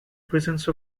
presence